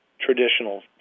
traditional